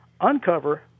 uncover